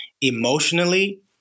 emotionally